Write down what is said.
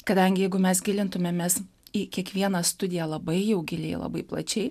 kadangi jeigu mes gilintumėmės į kiekvieną studiją labai jau giliai labai plačiai